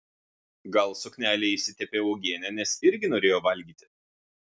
gal suknelė išsitepė uogiene nes irgi norėjo valgyti